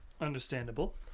Understandable